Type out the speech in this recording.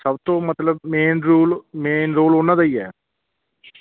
ਸਭ ਤੋਂ ਮਤਲਬ ਮੇਨ ਰੂਲ ਮੇਨ ਰੋਲ ਉਹਨਾਂ ਦਾ ਹੀ ਹੈ